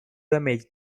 damage